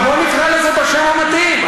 אבל בואו נקרא לזה בשם המתאים,